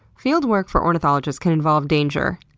field work for ornithologists can involve danger,